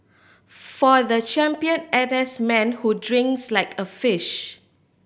for the champion N S man who drinks like a fish